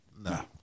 No